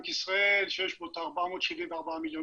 ואחרים ואני חושב שיש בזה עדיין היגיון במנגנון